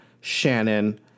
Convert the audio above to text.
Shannon